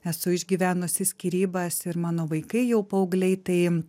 esu išgyvenusi skyrybas ir mano vaikai jau paaugliai tai